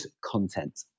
content